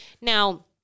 Now